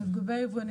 זה לגבי היבואנים.